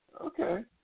Okay